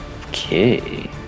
okay